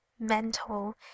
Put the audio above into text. mental